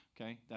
okay